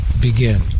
begin